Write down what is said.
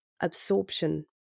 absorption